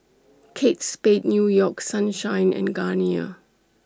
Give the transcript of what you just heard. Kate Spade New York Sunshine and Garnier